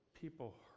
people